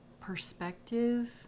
perspective